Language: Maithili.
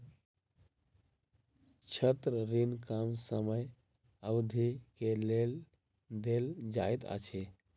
छात्र ऋण कम समय अवधि के लेल देल जाइत अछि